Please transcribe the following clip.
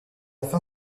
fin